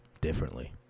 differently